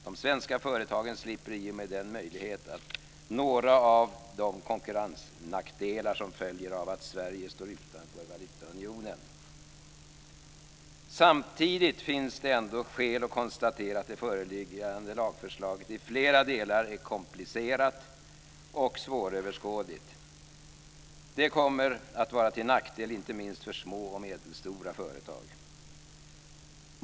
De svenska företagen får tack vare detta möjlighet att slippa några av de konkurrensnackdelar som följer av att Sverige står utanför valutaunionen. Samtidigt finns det ändå skäl att konstatera att det föreliggande lagförslaget i flera delar är komplicerat och svåröverskådligt. Det kommer att vara till nackdel för inte minst små och medelstora företag.